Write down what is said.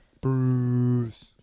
Bruce